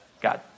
God